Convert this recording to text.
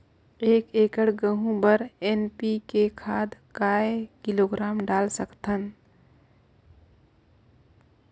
एक एकड़ गहूं बर एन.पी.के खाद काय किलोग्राम डाल सकथन?